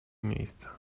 miejsca